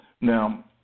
Now